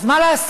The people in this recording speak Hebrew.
אז מה לעשות,